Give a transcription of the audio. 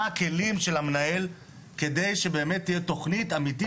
מה הכלים של המנהל כדי שבאמת תהיה תוכנית אמיתית